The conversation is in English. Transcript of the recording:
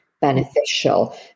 beneficial